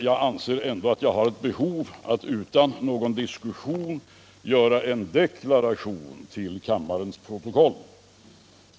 Jag anser ändå att jag har ett behov av att utan någon diskussion göra en deklaration till kammarens protokoll.